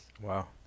Wow